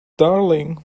darling